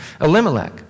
Elimelech